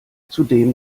zudem